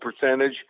percentage